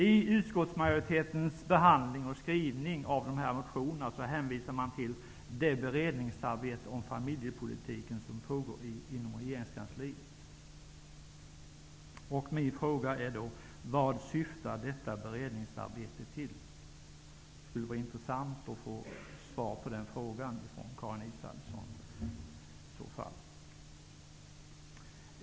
I utskottsmajoritetens skrivning om motionerna hänvisar man till ''det beredningsarbete om familjepolitiken som pågår inom regeringskansliet''. Min fråga är: Vad syftar detta beredningsarbete till? Det skulle vara intressant att från Karin Israelsson få svar på den frågan.